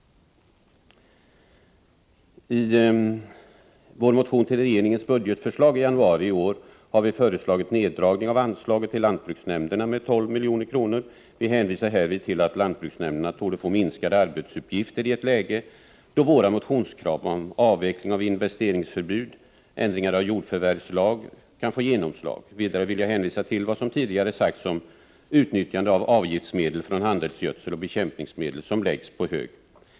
I vår motion med anledning av regeringens budgetförslag i januari i år har vi föreslagit neddragning av anslaget till lantbruksnämnderna med 12 milj.kr. Vi hänvisar härvid till att lantbruksnämnderna torde få minskade arbetsuppgifter i ett läge då våra motionskrav om avveckling av investeringsförbud och om ändringar av jordförvärvslagen kan få genomslag. Vidare vill jag hänvisa till vad som tidigare sagts om utnyttjande av avgiftsmedel från handelsgödsel och bekämpningsmedel som läggs på hög.